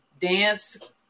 dance